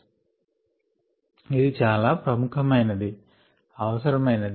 ఇది చాలా ప్రముఖమైనది అవసరమయినది